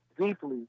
deeply